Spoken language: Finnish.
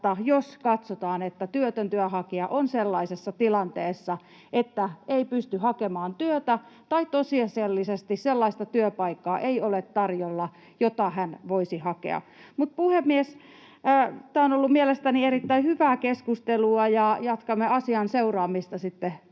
jos katsotaan, että työtön työnhakija on sellaisessa tilanteessa, että ei pysty hakemaan työtä, tai tosiasiallisesti sellaista työpaikkaa ei ole tarjolla, jota hän voisi hakea. Puhemies! Tämä on ollut mielestäni erittäin hyvää keskustelua, ja jatkamme asian seuraamista sitten